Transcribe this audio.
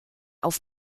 auf